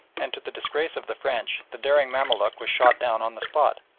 and to the disgrace of the french the daring mamaluk was shot down on the spot.